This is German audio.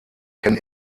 kennen